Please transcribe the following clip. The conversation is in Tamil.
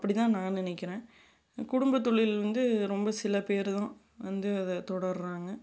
அப்படிதான் நான் நினைக்கிறேன் குடும்பத்தொழில் வந்து ரொம்ப சில பேர் தான் வந்து அதை தொடருறாங்க